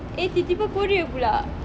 eh tiba tiba korea pula